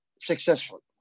successful